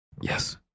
yes